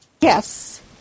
Yes